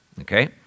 okay